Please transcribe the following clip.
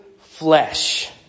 flesh